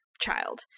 child